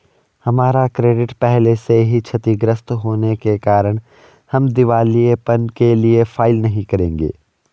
हमारा क्रेडिट पहले से ही क्षतिगृत होने के कारण हम दिवालियेपन के लिए फाइल नहीं करेंगे